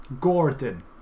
Gordon